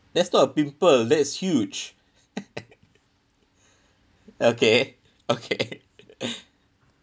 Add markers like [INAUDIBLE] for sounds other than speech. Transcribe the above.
that's not a pimple that's huge [LAUGHS] okay okay [LAUGHS] [BREATH]